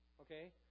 Okay